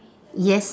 yes